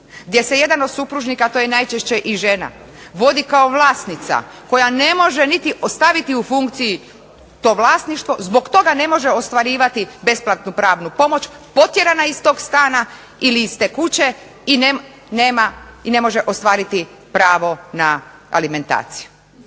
Gdje se jedan od supružnika, a to je najčešće i žena, vodi kao vlasnica koja ne može niti staviti u funkciju to vlasništvo, zbog toga ne može ostvarivati besplatnu pravnu pomoć, potjerana je iz tog stana ili iz te kuće i ne može ostvariti pravo na alimentaciju.